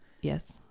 Yes